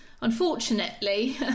unfortunately